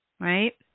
right